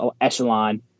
echelon